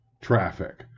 traffic